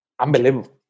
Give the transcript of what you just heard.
Unbelievable